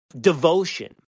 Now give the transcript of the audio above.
devotion